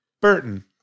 Burton